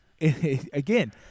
again